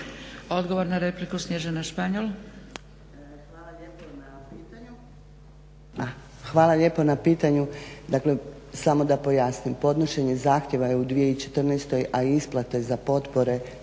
Odgovor na repliku Snježana Španjol. **Španjol, Snježana** Hvala lijepo na pitanju. Dakle samo da pojasnim, podnošenje zahtjeva je u 2014., a isplate za potpore